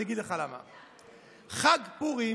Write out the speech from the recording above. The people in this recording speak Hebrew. אני אגיד לך למה: חג פורים,